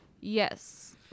Yes